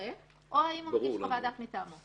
מומחה או הוא מגיש חוות דעת מטעמו.